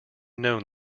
known